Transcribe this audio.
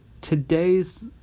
today's